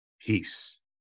Peace